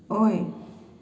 ꯑꯣꯏ